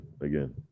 again